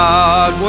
God